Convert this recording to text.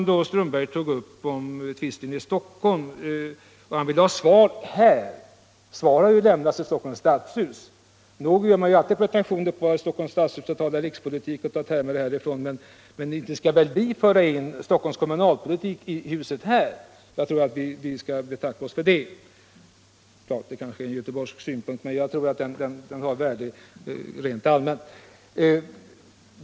Herr Strömberg tog vidare upp tvisten om ett hyreshus i Stockholm och ville ha svar på en fråga. Sådana svar får väl lämnas i Stockholms stadshus. Visserligen har man i Stockholms stadshus pretentioner på att tala rikspolitik och lånar termer från denna, men inte skall vi väl föra in Stockholms kommunalpolitik i diskussionen här? Jag tror att vi skall betacka oss för det. Det är kanske en göteborgsk synpunkt, men jag tror att den har värde rent allmänt.